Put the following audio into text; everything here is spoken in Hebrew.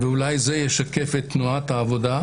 אולי זה ישקף את תנועת העבודה,